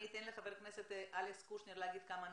אני אתן לחבר הכנסת אלכס קושניר להגיד כמה מילים,